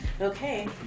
Okay